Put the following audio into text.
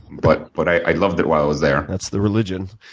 but but i loved it while i was there. that's the religion.